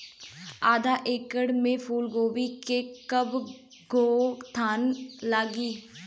आधा एकड़ में फूलगोभी के कव गो थान लागी?